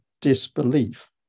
disbelief